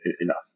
enough